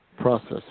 process